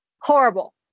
Horrible